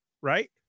right